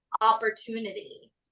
opportunity